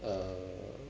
err